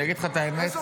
איזו